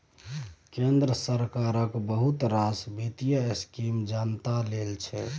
केंद्र सरकारक बहुत रास बित्तीय स्कीम जनता लेल छै